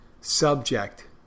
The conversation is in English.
subject